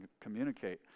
communicate